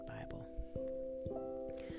Bible